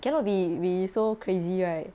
cannot be be so crazy right